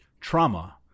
Trauma